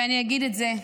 ואני אגיד את זה: